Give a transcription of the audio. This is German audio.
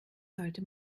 sollte